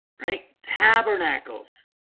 right tabernacles